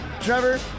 Trevor